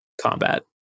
combat